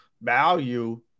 value